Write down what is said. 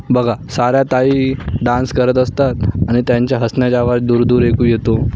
बघा साऱ्या ताई डान्स करत असतात आणि त्यांच्या हसण्याच्या आवाज दूरदूर ऐकू येतो